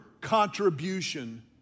contribution